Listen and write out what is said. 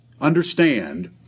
understand